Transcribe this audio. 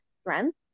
strength